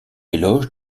éloge